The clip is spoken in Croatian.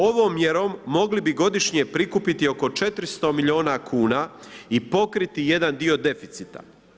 Ovom mjerom mogli bi godišnje prikupiti oko 400 milijuna kuna i pokriti jedan dio deficita.